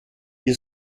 ihr